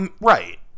right